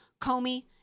Comey